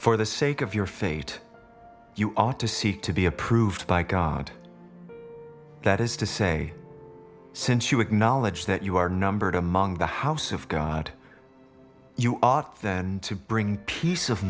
for the sake of your fate you ought to seek to be approved by god that is to say since you acknowledge that you are numbered among the house of god you ought then to bring peace of